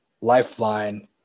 lifeline